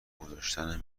گذاشتن